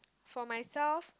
for myself